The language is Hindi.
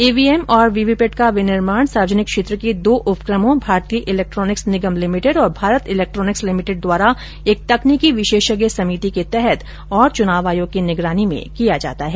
ईवीएम और वीवीपैट का विनिर्माण सार्वजनिक क्षेत्र के दो उपक्रमों भारतीय इलेक्ट्रॉनिक्स निगम लिमिटेड और भारत इलेक्ट्रॉनिक्स लिमिटेड द्वारा एक तकनीकी विशेषज्ञ समिति के तहत और चुनाव आयोग की निगरानी में किया जाता है